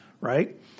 right